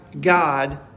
God